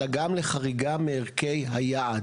אלא גם לחריגה מערכי היעד,